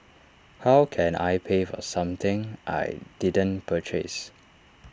how can I pay for something I didn't purchase